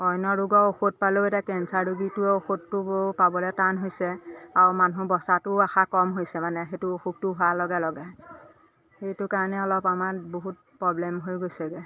অন্য ৰোগৰ ঔষধ পালেও এতিয়া কেঞ্চাৰ ৰোগটোৰ ঔষধটো পাবলৈ টান হৈছে আৰু মানুহ বচাটোও আশা কম হৈছে মানে সেইটো ঔষধটো হোৱাৰ লগে লগে সেইটো কাৰণে অলপ আমাৰ বহুত প্ৰব্লেম হৈ গৈছেগৈ